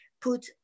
put